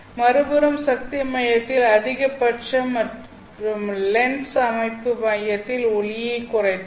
மறுபுறம் சக்தி மையத்தில் அதிகபட்சம் மற்றும் லென்ஸ் அமைப்பு மையத்தில் ஒளியை குறித்தால்